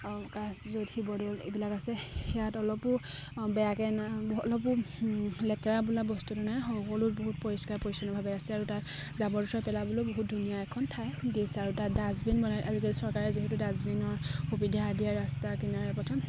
য'ত শিৱদৌল এইবিলাক আছে সেয়াত অলপো বেয়াকৈ নাই অলপো লেতেৰা বোলা বস্তুটো নাই সকলোত বহুত পৰিষ্কাৰ পৰিচ্ছন্নভাৱে আছে আৰু তাত জাবৰ জোথৰ পেলাবলৈও বহুত ধুনীয়া এখন ঠাই দিছে আৰু তাত ডাষ্টবিন বনাই আজিকালি চৰকাৰে যিহেতু ডাষ্টবিনৰ সুবিধা দিয়ে ৰাস্তাৰ কিনাৰে প্ৰথম